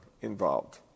involved